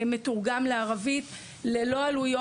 מתורגם לערבית ללא עלויות.